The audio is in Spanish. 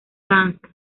danza